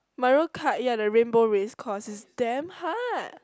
my road cut yeah the Rainbow race course is damn hard